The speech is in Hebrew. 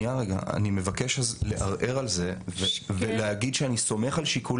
אז אני מבקש לערער על זה ולהגיד שאני סומך על שיקול